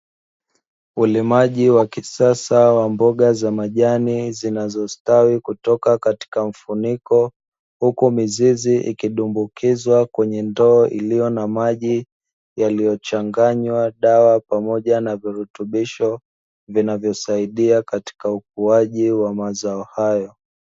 Ulimaji wa kisasa wa mboga za majani zinazostawi kutoka katika mfuniko, huku mizizi ikidumbukizwa kwenye ndoo iliyo na maji yaliyochanganywa dawa pamoja na virutubisho vinavyosaidia katika ukuaji wa mazao hayo.